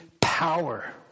power